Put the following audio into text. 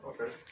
Okay